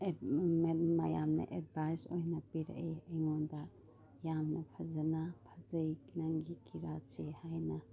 ꯃꯌꯥꯝꯅ ꯑꯦꯗꯚꯥꯏꯁ ꯑꯣꯏꯅ ꯄꯤꯔꯛꯏ ꯑꯩꯉꯣꯟꯗ ꯌꯥꯝꯅ ꯐꯖꯅ ꯐꯖꯩ ꯅꯪꯒꯤ ꯀꯤꯔꯥꯠꯁꯦ ꯍꯥꯏꯅ